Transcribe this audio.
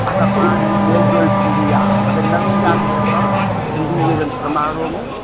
असां पाण में ई मेल जोल थींदी आहे अगरि न वेंदासीं असां सिंधी जे समारोह में